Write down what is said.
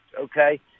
okay